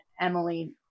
Emily